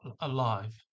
alive